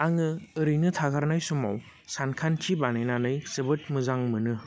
आङो ओरैनो थागारनाय समाव सानखान्थि बानायनानै जोबोर मोजां मोनो